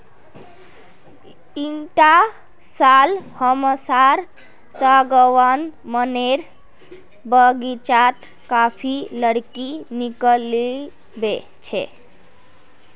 इटा साल हमसार सागवान मनेर बगीचात काफी लकड़ी निकलिबे छे